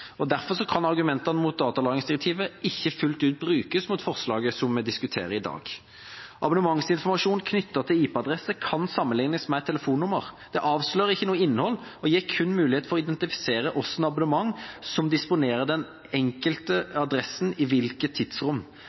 DLD. Derfor kan ikke argumentene mot datalagringsdirektivet fullt ut brukes mot forslaget som vi diskuterer i dag. Abonnementsinformasjon knyttet til IP-adresser kan sammenlignes med et telefonnummer. Det avslører ikke noe innhold og gir kun mulighet til å identifisere hvilket abonnement som disponerer den enkelte adressen i hvilket tidsrom.